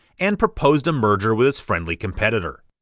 and proposed a merger with his friendly competitor.